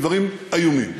דברים איומים.